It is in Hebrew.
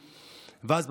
ואז,